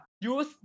use